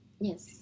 yes